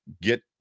get